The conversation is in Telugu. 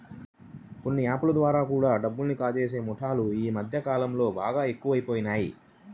కొన్ని యాప్ ల ద్వారా కూడా డబ్బుని కాజేసే ముఠాలు యీ మద్దె కాలంలో బాగా ఎక్కువయినియ్